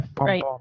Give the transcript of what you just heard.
Right